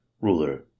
Ruler